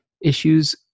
issues